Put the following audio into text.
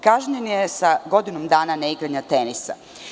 Kažnjen je sa godinu dana ne igranja tenisa.